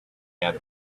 had